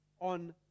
on